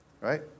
right